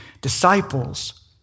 disciples